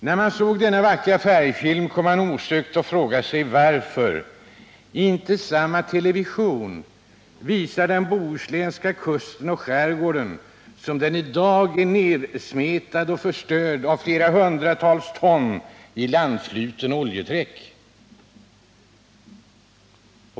När man såg denna vackra färgfilm kom man osökt att fråga sig varför samma television inte visar den bohuslänska kusten och skärgården som den i dag är, nedsmetad och förstörd av flera hundratal ton ilandfluten oljeträck.